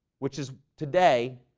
which is today,